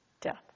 death